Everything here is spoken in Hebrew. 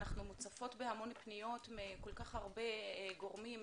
אנחנו מוצפות בהמון פניות מכל כך הרבה גורמים,